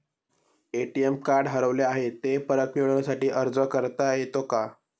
ATM card हरवले आहे, ते परत मिळण्यासाठी अर्ज करता येतो का?